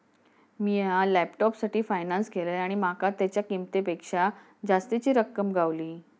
मिया लॅपटॉपसाठी फायनांस केलंय आणि माका तेच्या किंमतेपेक्षा जास्तीची रक्कम गावली